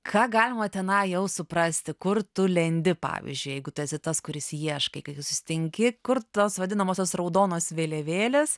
ką galima tenai jau suprasti kur tu lendi pavyzdžiui jeigu tu esi tas kuris ieškai kai tu susitinki kur tos vadinamosios raudonos vėliavėlės